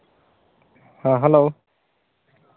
ᱦᱮᱸ ᱦᱮᱞᱳ